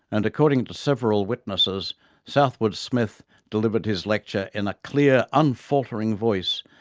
and according to several witnesses southwood smith delivered his lecture in a clear unfaltering voice,